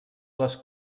les